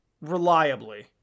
reliably